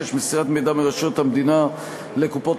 56) (מסירת מידע מרשויות המדינה לקופות-החולים),